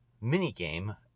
mini-game